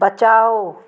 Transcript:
बचाओ